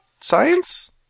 Science